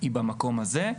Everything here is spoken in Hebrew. היא במקום הזה.